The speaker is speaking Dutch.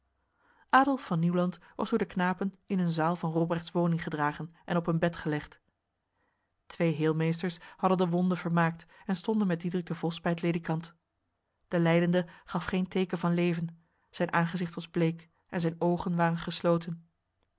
adolf van nieuwland was door de knapen in een zaal van robrechts woning gedragen en op een bed gelegd twee heelmeesters hadden de wonde vermaakt en stonden met diederik de vos bij het ledikant de lijdende gaf geen teken van leven zijn aangezicht was bleek en zijn ogen waren gesloten